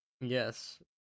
Yes